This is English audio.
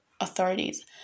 authorities